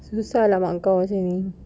susah lah mak kau macam ni